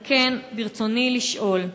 על כן, ברצוני לשאול: